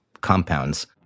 compounds